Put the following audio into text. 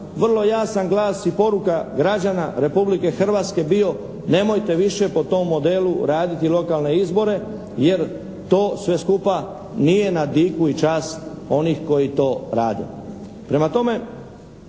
vrlo jasan glas i poruka građana Republike Hrvatske bio "nemojte više po tom modelu raditi lokalne izbore jer to sve skupa nije na diku i čast onih koji to rade".